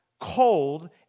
Cold